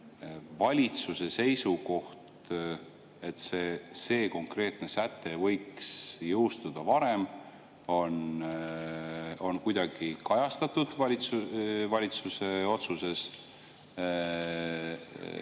valitsuse seisukoht, et see konkreetne säte võiks jõustuda varem, on kuidagi kajastatud valitsuse otsuses?